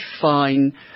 fine